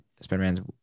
Spider-Man's